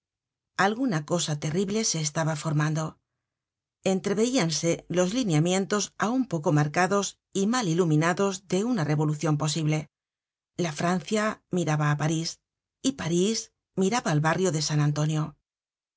alguna cosa terrible se estaba formando entreveianse los lineamentos aun poco marcados y mal iluminados de una revolucion posible la francia miraba á parís y parís miraba al barrio de san antonio